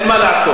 אין מה לעשות,